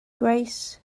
grace